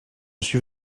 suis